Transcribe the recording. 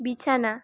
বিছানা